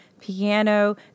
piano